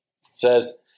says